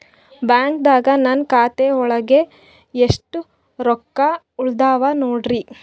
ಬ್ಯಾಂಕ್ದಾಗ ನನ್ ಖಾತೆ ಒಳಗೆ ಎಷ್ಟ್ ರೊಕ್ಕ ಉಳದಾವ ನೋಡ್ರಿ?